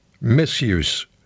misuse